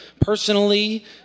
personally